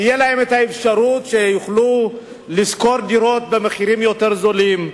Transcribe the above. תהיה להם האפשרות לשכור דירות במחירים יותר זולים,